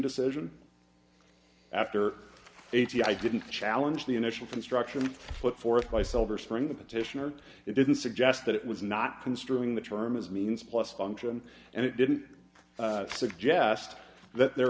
decision after eighty i didn't challenge the initial construction put forth by silver spring the petitioner it didn't suggest that it was not considering the term as means plus function and it didn't suggest that there